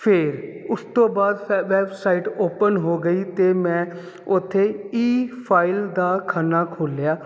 ਫਿਰ ਉਸ ਤੋਂ ਬਾਅਦ ਵੈਬਸਾਈਟ ਓਪਨ ਹੋ ਗਈ ਅਤੇ ਮੈਂ ਉੱਥੇ ਈ ਫਾਈਲ ਦਾ ਖਾਨਾ ਖੋਲਿਆ